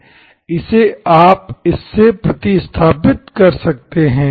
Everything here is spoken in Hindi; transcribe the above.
इसे आप इससे प्रतिस्थापित कर सकते हैं